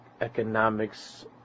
economics